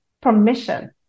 permission